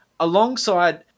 Alongside